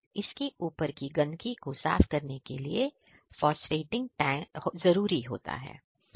इसके ऊपर की गंदगी को साफ करने के लिए फास्फेटिंग जरूरी होता है